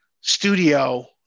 studio